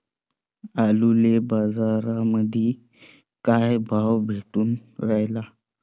आलूले बाजारामंदी काय भाव भेटून रायला?